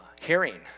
hearing